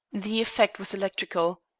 the effect was electrical.